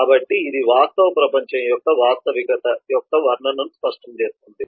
కాబట్టి ఇది వాస్తవ ప్రపంచం యొక్క వాస్తవికతను స్పష్టం చేస్తుంది